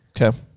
Okay